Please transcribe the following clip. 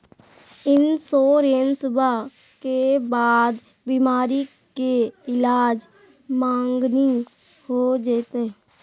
इंसोरेंसबा के बाद बीमारी के ईलाज मांगनी हो जयते?